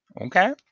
Okay